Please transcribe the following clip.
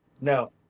No